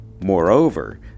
Moreover